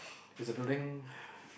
is a building